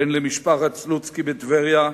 בן למשפחת סלוצקי בטבריה,